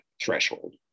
threshold